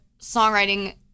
songwriting